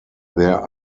there